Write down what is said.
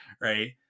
right